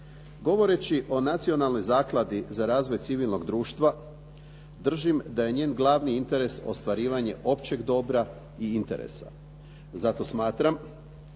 Govoreći o Nacionalnoj zakladi za razvoj civilnog društva, držim da je njen glavni interes ostvarivanje općeg dobra i interesa. zato smatram